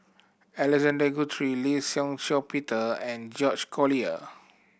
Alexander Guthrie Lee Shih Shiong Peter and George Collyer